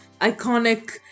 iconic